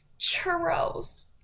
churros